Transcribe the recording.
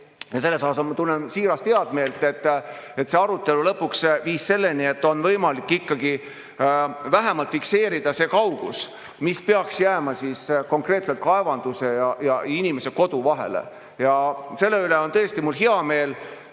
ja selle üle ma tunnen siirast heameelt, et see arutelu lõpuks viis selleni, et on võimalik vähemalt fikseerida see kaugus, mis peaks jääma konkreetselt kaevanduse ja inimese kodu vahele. Selle üle on mul hea meel.